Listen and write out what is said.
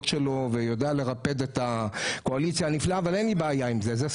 שלו ויודע לרפד את הקואליציה הנפלאה אבל אין לי בעיה עם זה,